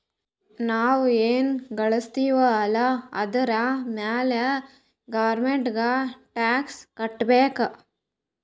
ನಾವ್ ಎನ್ ಘಳುಸ್ತಿವ್ ಅಲ್ಲ ಅದುರ್ ಮ್ಯಾಲ ಗೌರ್ಮೆಂಟ್ಗ ಟ್ಯಾಕ್ಸ್ ಕಟ್ಟಬೇಕ್